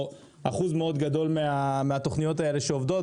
או אחוז מאוד גדול מהתוכניות האלה שעובדות